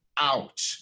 out